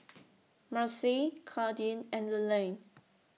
Marcy Kadin and Leland